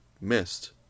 missed